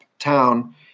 Town